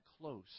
close